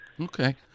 Okay